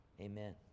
amen